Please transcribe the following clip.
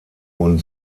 wurden